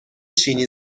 چینی